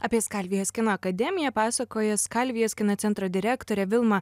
apie skalvijos kino akademiją pasakoja skalvijos kino centro direktorė vilma